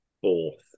fourth